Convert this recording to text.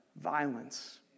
Violence